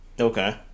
Okay